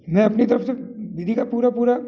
मैं अपनी तरफ से विधि का पूरा पूरा